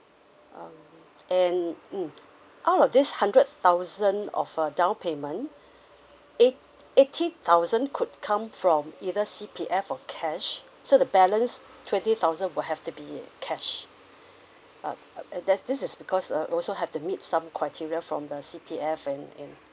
um and mm out of this hundred thousand of a down payment eight~ eighty thousand could come from either C_P_F or cash so the balance twenty thousand will have to be cash uh uh that's this is because uh also have to meet some criteria from the C_P_F and and